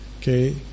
okay